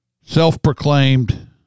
self-proclaimed